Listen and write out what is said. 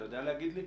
אתה יודע להגיד לי?